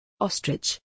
Ostrich